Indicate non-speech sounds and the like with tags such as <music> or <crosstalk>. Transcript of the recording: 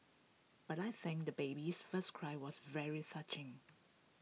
but I think the baby's first cry was very <unintelligible>